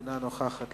אינה נוכחת,